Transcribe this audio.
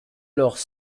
alors